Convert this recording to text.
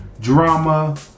drama